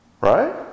Right